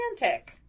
romantic